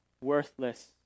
worthless